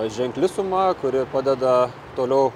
ženkli suma kuri padeda toliau